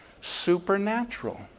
supernatural